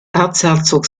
erzherzog